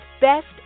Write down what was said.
Best